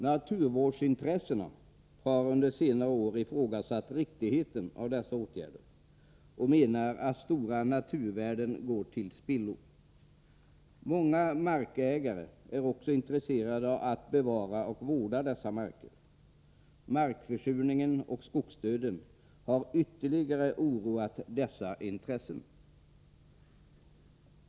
Naturvårdsintressena har under senare år ifrågasatt riktigheten av dessa åtgärder och menar att stora naturvärden går till spillo. Många markägare är också intresserade av att bevara och vårda dessa marker. Markförsurningen och skogsdöden har ytterligare oroat dessa intressen.